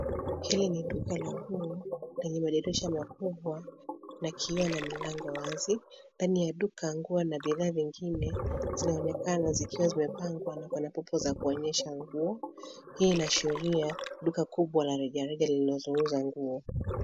Hili ni duka la nguo lenye madirisha makubwa na kioo na milango wazi. Ndani ya duka, nguo na bidhaa zingine zinaonekana zikiwa zimepangwa na kuna pokeo za kuonyesha manguo. Hii inaashiria duka kubwa la rejareja linalouza nguo.